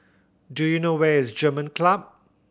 do you know where is German Club